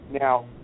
Now